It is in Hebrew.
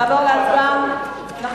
לעבור להצבעה?